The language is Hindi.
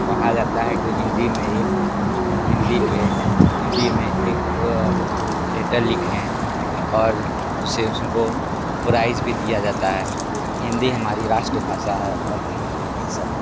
कहा जाता है कि हिंदी में एक हिंदी पर हिंदी में एक लेटर लिखें और उसे उन को प्राइज़ भी दिया जाता है हिंदी हमारी राष्ट्रभाषा है और मातृभाषा है